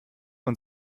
man